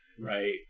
Right